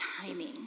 timing